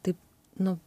taip nu